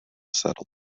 settled